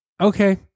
Okay